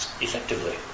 effectively